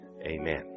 amen